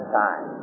time